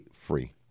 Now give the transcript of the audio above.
free